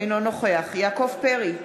אינו נוכח יעקב פרי,